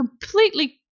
completely